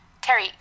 Terry